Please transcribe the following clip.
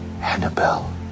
Annabelle